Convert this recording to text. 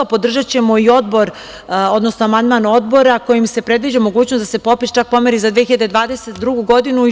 Podržaćemo i Odbor, odnosno amandman Odbora kojim se predviđa mogućnost da se popis čak pomeri za 2022. godinu.